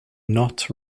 not